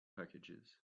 packages